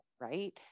right